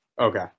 Okay